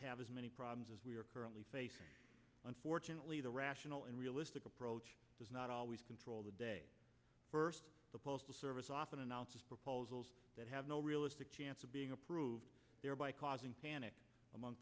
have as many problems as we are currently facing unfortunately the rational and realistic approach does not always control the day first the postal service often announces proposals that have no realistic chance of being approved thereby causing panic among